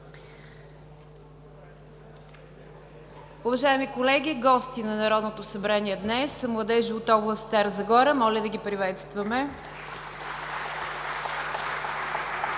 Уважаеми колеги, гости на Народното събрание днес са младежи от област Стара Загора. Моля да ги приветстваме. (С